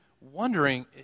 wondering